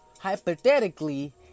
hypothetically